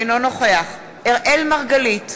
אינו נוכח אראל מרגלית,